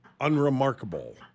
unremarkable